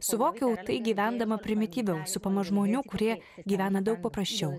suvokiau tai gyvendama primityviau supama žmonių kurie gyvena daug paprasčiau